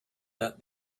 that